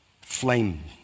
flame